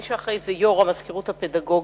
מי שאחראי זה יושב-ראש המזכירות הפדגוגית,